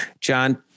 John